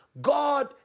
God